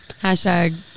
Hashtag